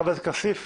החבר כסיף.